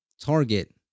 target